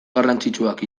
garrantzitsuak